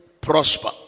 prosper